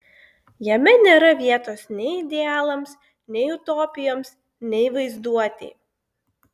jame nėra vietos nei idealams nei utopijoms nei vaizduotei